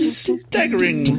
staggering